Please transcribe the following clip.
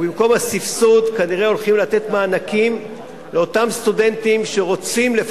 ובמקום הסבסוד כנראה ייתנו מענקים לאותם סטודנטים שרוצים לקשור,